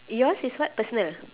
yours is what personal